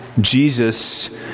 Jesus